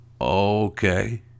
okay